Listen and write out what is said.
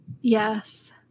Yes